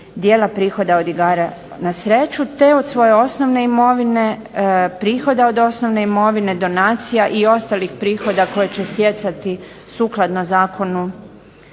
dijela prihoda od igara na sreću, te od svoje osnovne imovine, prihoda od osnovne imovine, donacija i ostalih prihoda koje će stjecati sukladno Zakonu